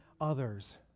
others